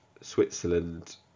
Switzerland